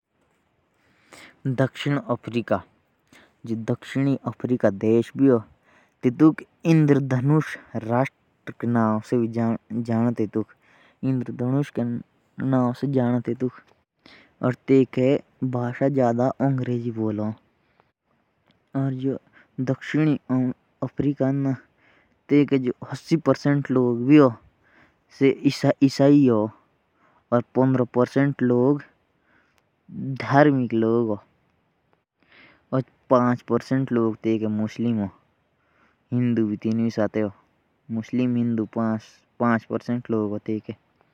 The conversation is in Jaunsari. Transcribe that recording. जो दक्खिन अफ्रीका देश है। उस देश को इंद्रधनुष का देश भी कहा जाता है। वहाँ हिंदू भी पाँच प्रतिशत लोग रहते हैं।